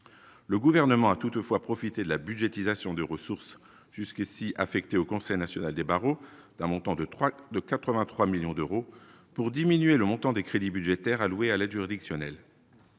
le gouvernement a toutefois profité de la budgétisation des ressources jusqu'ici affecté au Conseil national des barreaux d'un montant de 3 de 83 millions d'euros pour diminuer le montant des crédits budgétaires alloués à l'aide juridictionnelle.